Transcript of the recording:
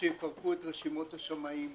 שיפרקו את רשימות השמאים.